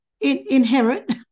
inherit